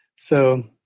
so